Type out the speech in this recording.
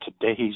today's